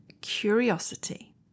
curiosity